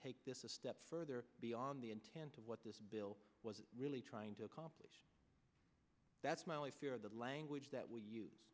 take this a step further beyond the intent of what this bill was really trying to accomplish that's my only fear the language that we use